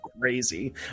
crazy